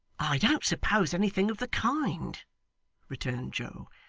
i don't suppose anything of the kind returned joe.